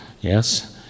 yes